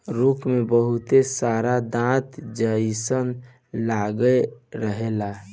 rake में बहुत सारा दांत जइसन लागल रहेला